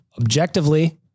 objectively